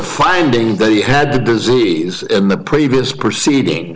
finding that he had the disease in the previous proceeding